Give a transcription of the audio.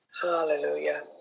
hallelujah